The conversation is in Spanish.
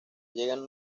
llegan